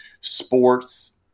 sports